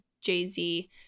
Jay-Z